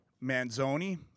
Manzoni